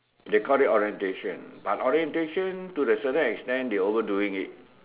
they call it orientation but orientation to a certain extent they overdoing it